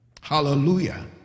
Hallelujah